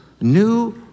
new